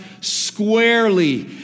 squarely